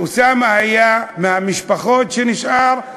אוסאמה היה מהמשפחות שנשארו בירושלים,